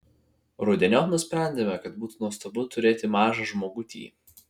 rudeniop nusprendėme kad būtų nuostabu turėti mažą žmogutį